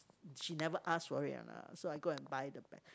she never ask for it and uh so I go and buy the best